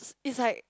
it's like